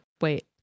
wait